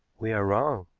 we are wrong,